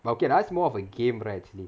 but okay lah it's more of a game right actually